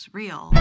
real